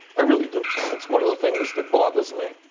i really do. that's one of the things that bothers me.